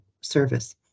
service